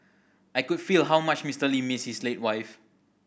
I could feel how much Mister Lee missed his late wife